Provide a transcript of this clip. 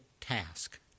task